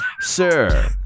Sir